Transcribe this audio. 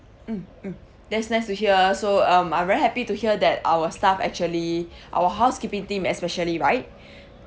mm mm that's nice to hear so um I'm very happy to hear that our staff actually our housekeeping team especially right